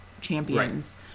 champions